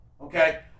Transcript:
okay